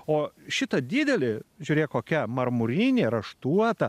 o šita didelė žiūrėk kokia marmurinė raštuota